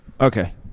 Okay